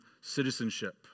citizenship